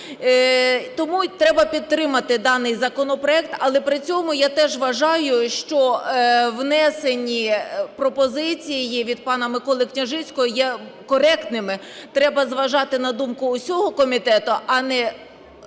Тому і треба підтримати даний законопроект. Але при цьому я теж вважаю, що внесені пропозиції від пана Миколи Княжицького є коректними, треба зважати на думку усього комітету, а не